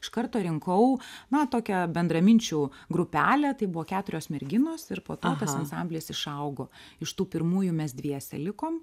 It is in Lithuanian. iš karto rinkau na tokią bendraminčių grupelę tai buvo keturios merginos ir po to ansamblis išaugo iš tų pirmųjų mes dviese likom